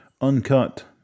Uncut